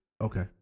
Okay